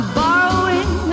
borrowing